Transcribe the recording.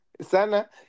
Sana